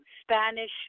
Spanish